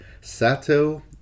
Sato